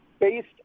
based